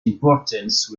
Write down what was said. importance